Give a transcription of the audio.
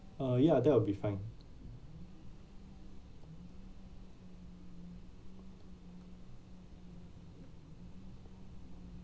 uh ya that will be fine